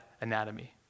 anatomy